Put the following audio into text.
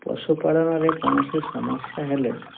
ପଶୁପାଳନରେ କୌଣସି ସମସ୍ୟା ହେଲେ